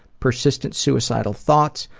persistent suicidal thoughts,